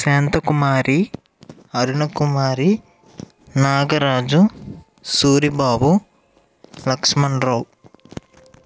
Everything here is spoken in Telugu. శాంత కుమారి అరుణ కుమారి నాగరాజు సూరిబాబు లక్ష్మణ్ రావ్